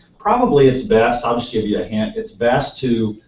probably it's best, i'll just give you a hint, it's best to,